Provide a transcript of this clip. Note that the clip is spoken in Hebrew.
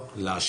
לא.